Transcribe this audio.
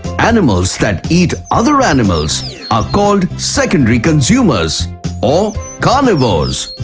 animals that eat other animals are called secondary consumers or carnivores.